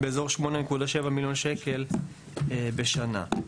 כ-8.7 מיליון שקל בשנה.